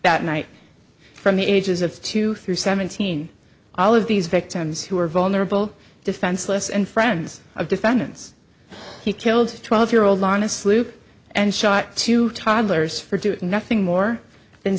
that night from the ages of two through seventeen all of these victims who are vulnerable defenseless and friends of defendants he killed twelve year old donna sloop and shot two toddlers for doing nothing more than